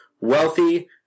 wealthy